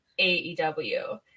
AEW